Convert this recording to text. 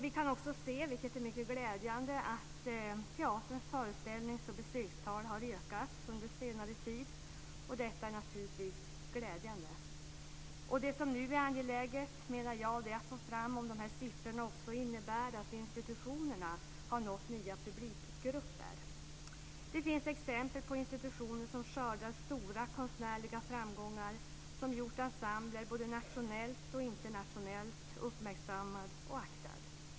Vi kan också se, vilket är mycket glädjande, att teatrarnas föreställningar och besökstal har ökat under senare tid. Detta är naturligtvis glädjande. Det som nu är angeläget är att få fram om dessa siffror också innebär att institutionerna har nått nya publikgrupper. Det finns exempel på institutioner som skördar stora konstnärliga framgångar som gjort ensembler både nationellt och internationellt uppmärksammade och aktade.